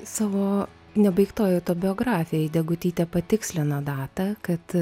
savo nebaigtoj autobiografijoj degutytė patikslina datą kad